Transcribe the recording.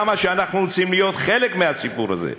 כמה שאנחנו רוצים להיות חלק מהסיפור הזה,